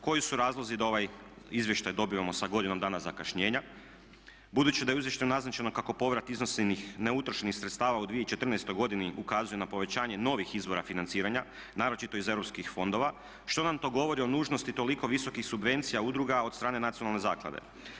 Koji su razlozi da ovaj izvještaj dobivamo sa godinom dana zakašnjenja, budući da je u izvještaju naznačeno kako povrat … neutrošenih sredstava u 2014. ukazuje na povećanje novih izvora financiranja naročito iz EU fondova što nam to govori o nužnosti toliko visokih subvencija udruga od strane Nacionalne zaklade.